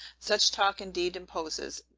such talk indeed imposes,